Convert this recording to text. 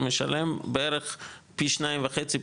משלם בערך פי שניים וחצי,